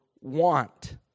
want